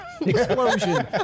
explosion